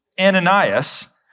Ananias